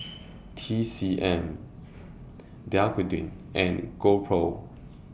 T C M Dequadin and GoPro